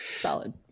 solid